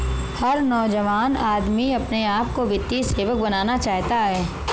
हर नौजवान आदमी अपने आप को वित्तीय सेवक बनाना चाहता है